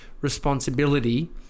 responsibility